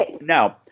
No